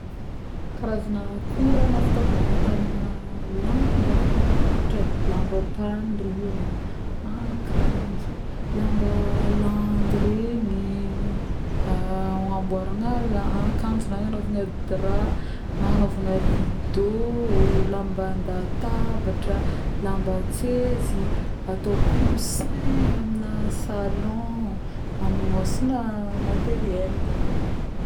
karazagna akora na fitaovagny vita amina lamba ôhatra e lambam-pandriagna, akanjo ,lamba landy regny ˂hesitation˃ hamboaragna akanjo na agnanaovagna drap, agnanaovagna rideau, lamban-databatra, lamban-tsezy, atao coussin amina salon, amognôsagna materiel